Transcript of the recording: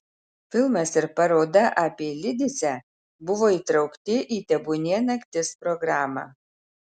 filmas ir paroda apie lidicę buvo įtraukti į tebūnie naktis programą